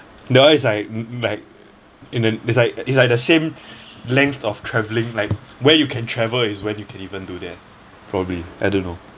that one is like is like is like the same length of travelling like where you can travel is when you can even do that probably I don't know